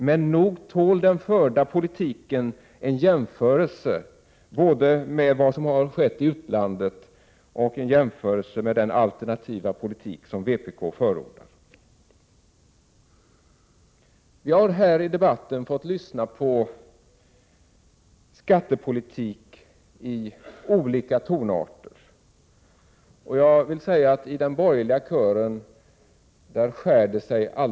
Men nog tål den förda politiken en jämförelse både med vad som har skett i utlandet och med den alternativa politik som vpk förordar. Vi har i denna debatt fått lyssna på anföranden om skattepolitik i olika tonarter. Det skär sig alldeles förfärligt i den borgerliga kören.